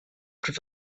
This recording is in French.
plus